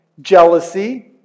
jealousy